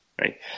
right